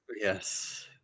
Yes